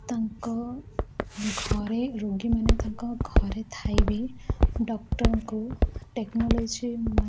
ତାଙ୍କ ଘରେ ରୋଗୀମାନେ ତାଙ୍କ ଘରେ ଥାଇବି ଡକ୍ଟରଙ୍କୁ ଟେକ୍ନୋଲୋଜି